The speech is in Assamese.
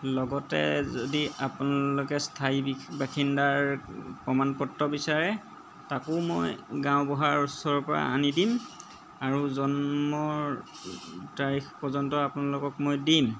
লগতে যদি আপোনালোকে স্থায়ী বাসিন্দাৰ প্ৰমাণ পত্ৰ বিচাৰে তাকো মই গাঁওবুঢ়াৰ ওচৰৰ পৰা আনি দিম আৰু জন্মৰ তাৰিখ পৰ্য্য়ন্ত আপোনালোকক মই দিম